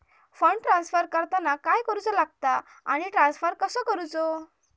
Fund transfer करताना काय करुचा लगता आनी ट्रान्स्फर कसो करूचो?